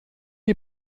die